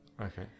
okay